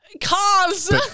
cars